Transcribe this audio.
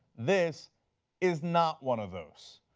this is not one of those.